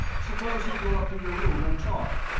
suppose we go up to your room and talk.